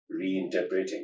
reinterpreting